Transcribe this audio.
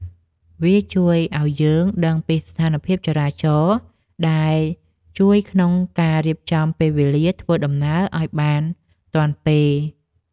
វាជួយឱ្យយើងដឹងពីស្ថានភាពចរាចរណ៍ ដែលជួយក្នុងការរៀបចំពេលវេលាធ្វើដំណើរឱ្យបានទាន់ពេល។